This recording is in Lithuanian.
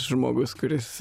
žmogus kuris